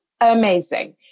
amazing